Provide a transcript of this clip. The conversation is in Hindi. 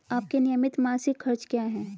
आपके नियमित मासिक खर्च क्या हैं?